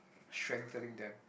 strengthening them